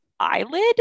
eyelid